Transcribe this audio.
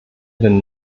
den